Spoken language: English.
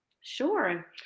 sure